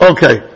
Okay